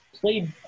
played